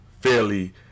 fairly